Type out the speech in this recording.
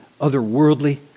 otherworldly